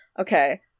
Okay